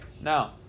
now